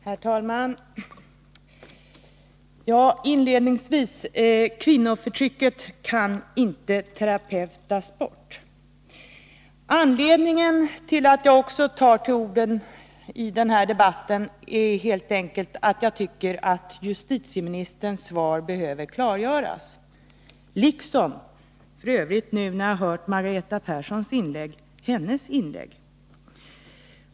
Herr talman! Inledningsvis vill jag säga att kvinnoförtrycket inte kan ”terapeutas” bort. Anledningen till att också jag tar till orda i den här debatten är helt enkelt att jag tycker att justitieministerns svar behöver klargöras liksom f.ö. Margareta Perssons inlägg.